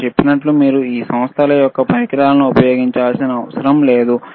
నేను చెప్పినట్లు మీరు ఈ సంస్థల యొక్క పరికరాలను ఉపయోగించాల్సిన అవసరం లేదు